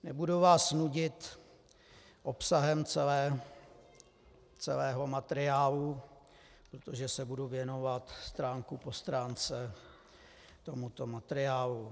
Nebudu vás nudit obsahem celého materiálu, protože se budu věnovat stránku po stránce tomuto materiálu.